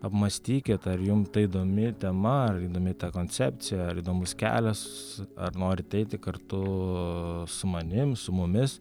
apmąstykit ar jum tai įdomi tema ar įdomi ta koncepcija ar įdomus kelias ar norite eiti kartu su manim su mumis